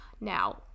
Now